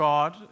God